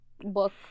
book